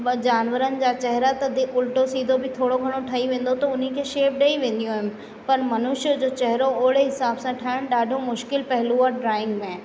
व जानवरनि जा चहेरा त दे उल्टो सीधो बि थोरो घणो ठही वेंदो त हुनखे शेप ॾेई वेंदी हुअमि पर मनुष्य जो चहेरो ओड़े हिसाब सां ठाहिण ॾाढो मुश्किल पहेलू आहे ड्राइंग में